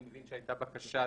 אני מבין שהיתה בקשה.